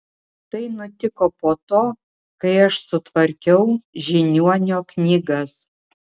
tai nutiko po to kai aš sutvarkiau žiniuonio knygas